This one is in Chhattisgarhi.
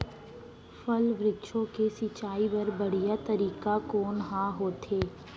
फल, वृक्षों के सिंचाई बर बढ़िया तरीका कोन ह होथे?